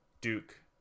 Duke